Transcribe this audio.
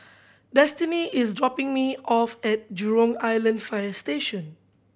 Destini is dropping me off at Jurong Island Fire Station